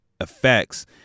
effects